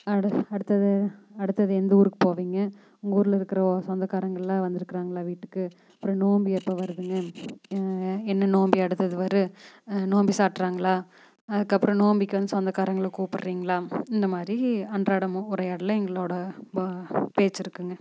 அடு அடுத்தது அடுத்தது எந்த ஊருக்கு போவீங்க உங்கள் ஊரில் இருக்கிற சொந்தக்காரங்களாம் வந்துருக்காங்களா வீட்டுக்கு அப்புறம் நோம்பி எப்போ வருதுங்க என்ன நோம்பி அடுத்தது வரும் நோம்பி சாப்பிட்றாங்களா அதுக்கு அப்புறம் நோம்பிக்கு வந்து சொந்தக்காரங்களை கூப்பிட்றீங்களா இந்தமாதிரி அன்றாடமும் உரையாடல் எங்களோட பேச்சுருக்குங்க